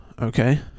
okay